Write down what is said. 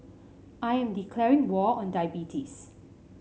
I am declaring war on diabetes